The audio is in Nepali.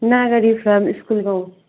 नागरी फार्म स्कुल गाउँ